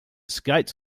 skates